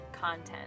content